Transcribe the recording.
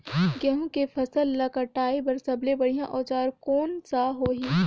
गहूं के फसल ला कटाई बार सबले बढ़िया औजार कोन सा होही?